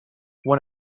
one